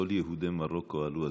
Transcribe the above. כל יהודי מרוקו עלו,